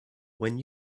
when